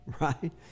right